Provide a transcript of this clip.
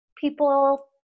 people